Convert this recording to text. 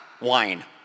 Wine